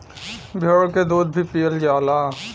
भेड़ क दूध भी पियल जाला